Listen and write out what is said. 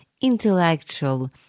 intellectual